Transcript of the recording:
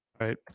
right